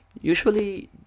usually